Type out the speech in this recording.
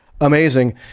amazing